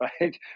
right